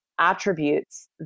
attributes